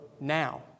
now